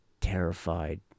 terrified